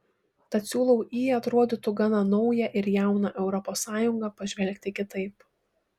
tad siūlau į atrodytų gana naują ir jauną europos sąjungą pažvelgti kitaip